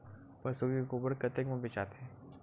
पशु के गोबर कतेक म बेचाथे?